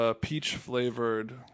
peach-flavored